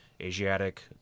Asiatic